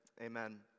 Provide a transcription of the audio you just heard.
Amen